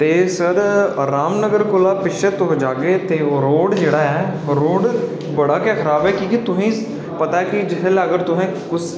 ते सर रामनगर कोला पिच्छे तुस जागे ते ओह् रोड़ जेह्ड़ा ऐ रोड़ बड़ा गै खराब ऐ क्योंकि तुसेंगी पता ऐ जिसलै